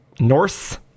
Norse